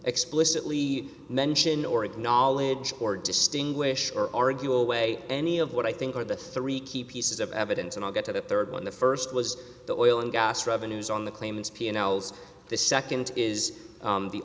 explicitly mention or acknowledge or distinguish are arguing the way any of what i think are the three key pieces of evidence and i'll get to the third one the first was the oil and gas revenues on the claimants p n l's the second is